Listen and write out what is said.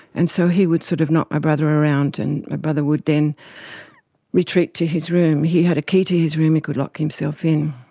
and so he would sort of knock my brother around and my brother would then retreat to his room. he had a key to his room, he could lock himself in.